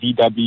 VW